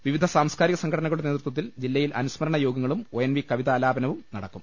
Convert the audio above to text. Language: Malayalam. വിവിധ സാംസ്കാരിക സംഘടന കളുടെ നേതൃത്വത്തിൽ ജില്ലയിൽ അനുസ്മരണ യോഗങ്ങളും ഒ എൻ വി കവിതാലാപനവും നടക്കും